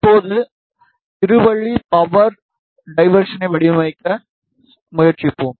இப்போது இரு வழி பவர் டிவிடெர்னை வடிவமைக்க முயற்சிப்போம்